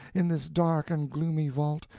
in this dark and gloomy vault,